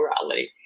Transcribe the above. morality